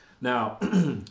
now